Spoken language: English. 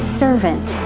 servant